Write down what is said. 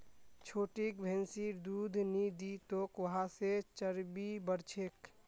छोटिक भैंसिर दूध नी दी तोक वहा से चर्बी बढ़ छेक